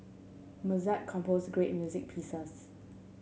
Mozart compose great music pieces